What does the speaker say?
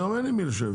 היום אין עם מי לשבת,